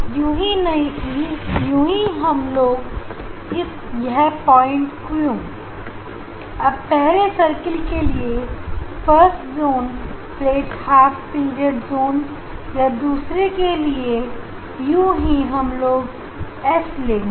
यूं ही हम लोग यह पॉइंट्स क्यों यह पहले सर्कल के लिए first zone plate half period zone या दूसरे के लिए या यूं ही हम लोग एस लेंगे